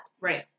Right